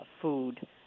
food